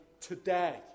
today